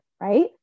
right